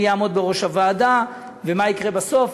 מי יעמוד בראש הוועדה ומה יקרה בסוף.